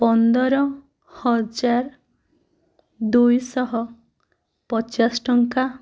ପନ୍ଦର ହଜାର ଦୁଇଶହ ପଚାଶ ଟଙ୍କା